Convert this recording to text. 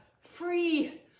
free